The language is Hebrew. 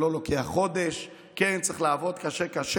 כן, זה לא לוקח חודש, כן, צריך לעבוד קשה קשה,